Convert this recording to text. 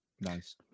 Nice